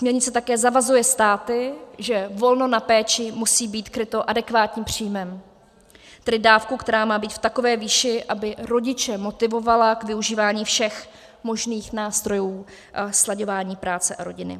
Směrnice také zavazuje státy, že volno na péči musí být kryto adekvátním příjmem, tedy dávkou, která má být v takové výši, aby rodiče motivovala k využívání všech možných nástrojů slaďování práce a rodiny.